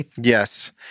Yes